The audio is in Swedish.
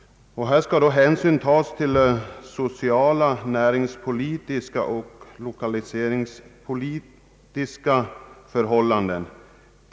Hänsyn bör därvid såsom också förutsatts i samband med nämnda beslut tas till sociala, näringspolitiska och lokaliseringspolitiska förhållanden.